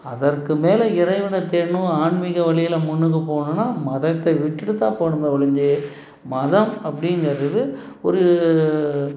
அதற்கு மேலே இறைவனை தேடணும் ஆன்மீக வழியில் முன்னுக்கு போகணுன்னா மதத்தை விட்டுட்டுதான் போகணுமே ஒழிஞ்சு மதம் அப்படிங்கிறது ஒரு